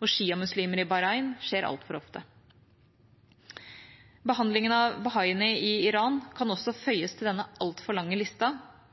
og sjiamuslimer i Bahrain skjer altfor ofte. Behandlingen av bahaiene i Iran kan også føyes til denne altfor lange lista,